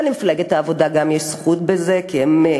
ולמפלגת העבודה גם יש זכות בזה כי הם היו